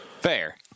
Fair